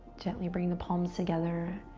gently bring the palms together.